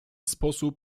sposób